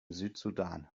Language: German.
südsudan